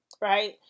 right